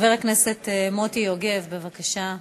חבר הכנסת מוטי יוגב, בבקשה,